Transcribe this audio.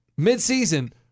midseason